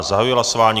Zahajuji hlasování.